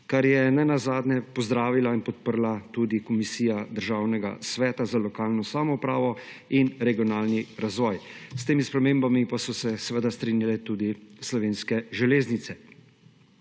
kar je nenazadnje pozdravila in podprla tudi Komisija Državnega sveta za lokalno samoupravo in regionalni razvoj. S tem spremembami pa so se seveda strinjale tudi Slovenske železnice.